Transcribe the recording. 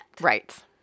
right